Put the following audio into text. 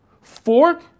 Fork